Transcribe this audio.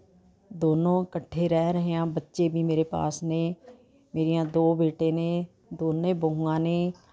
ਦੋਨੋਂ ਇਕੱਠੇ ਰਹਿ ਰਹੇ ਹਾਂ ਬੱਚੇ ਵੀ ਮੇਰੇ ਪਾਸ ਨੇ ਮੇਰੀਆਂ ਦੋ ਬੇਟੇ ਨੇ ਦੋਨੇਂ ਬਹੂਆਂ ਨੇ